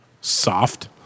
soft